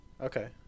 okay